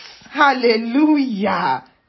Hallelujah